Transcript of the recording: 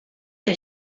que